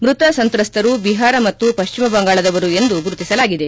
ಮೃತ ಸಂತ್ರಸ್ತರು ಬಿಹಾರ ಮತ್ತು ಪಶ್ಚಿಮಬಂಗಾಳದವರು ಎಂದು ಗುರುತಿಸಲಾಗಿದೆ